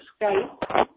Skype